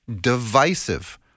divisive